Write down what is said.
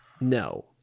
No